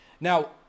Now